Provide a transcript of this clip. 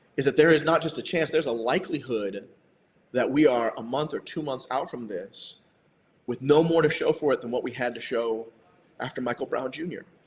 is that there is not just a chance, there's a likelihood that we are a month or two months out from this with no more to show for it than what we had to show after michael brown jr.